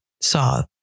saw